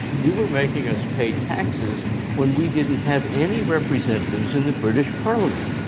you were making us pay taxes when we didn't have any representatives in the british parliament.